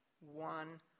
one